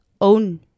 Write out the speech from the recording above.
own